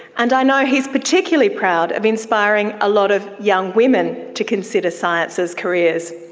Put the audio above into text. and i know he is particularly proud of inspiring a lot of young women to consider science as careers.